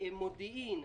מודיעין,